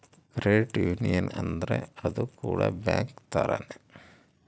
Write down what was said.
credit union ಅಂದ್ರ ಅದು ಕೂಡ ಬ್ಯಾಂಕ್ ತರಾನೇ